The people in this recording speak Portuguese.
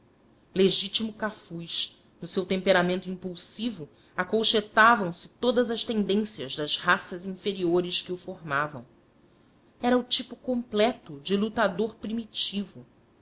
legítimo cafuz no seu temperamento impulsivo acolcheteavam se todas as tendências das raças inferiores que o formavam era o tipo completo do lutador primitivo